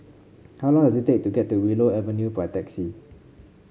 how long does it take to get to Willow Avenue by taxi